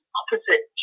opposite